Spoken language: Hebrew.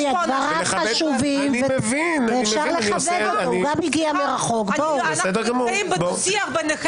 אתם בדו שיח משפטי.